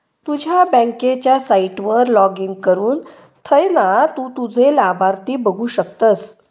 तुझ्या बँकेच्या साईटवर लाॅगिन करुन थयना तु तुझे लाभार्थी बघु शकतस